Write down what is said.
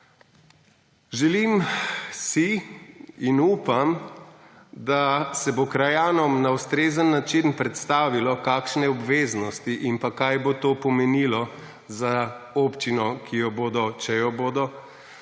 Želim si in upam, da se bo krajanom na ustrezen način predstavilo, kakšne obveznosti in pa kaj bo to pomenilo za občino, ki jo bodo, če jo bodo,